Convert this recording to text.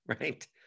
right